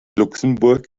luxemburg